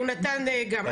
הוא נתן גם.